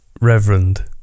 Reverend